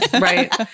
Right